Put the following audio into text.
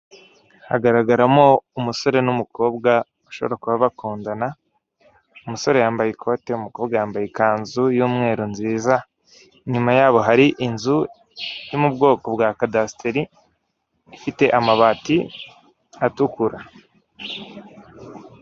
Hagaragaramo umusore n'umukobwa bashobora kuba bakundana, umusore yambaye ikote umukobwa yambaye ikanzu y'umweru nziza, inyuma ya bo hari inzu yo mu bwoko bwa kadasiteri ifite amabati atukura.